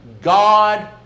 God